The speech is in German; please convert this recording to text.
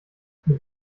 mit